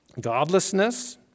godlessness